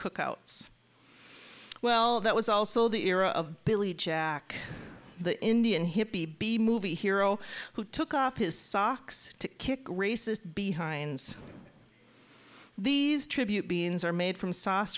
cook outs well that was also the era of billy jack the indian hippy b movie hero who took off his socks to kick racist behinds these tribute beans are made from sauce